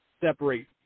separate